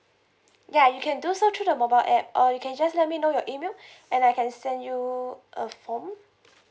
ya you can do so through the mobile app or you can just let me know your email and I can send you a form